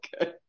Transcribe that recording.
Okay